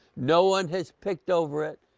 no one has picked over it.